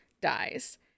dies